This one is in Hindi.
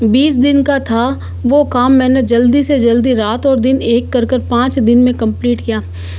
बीस दिन का था वो काम मैंने जल्दी से जल्दी रात और दिन एक कर कर पाँच दिन में कम्प्लीट किया